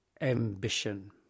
ambition